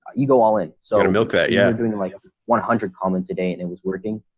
ah you go all in, so and and okay, yeah, doing like one hundred comments a day and it was working.